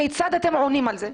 כיצד אתם עונים על זה?